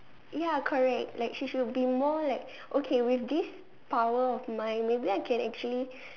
ya correct like she should be more like okay with this power of mine maybe I can actually